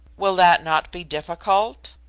will that not be difficult?